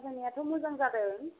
साजायनायाथ' मोजां जादों